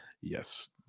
yes